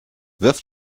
wirf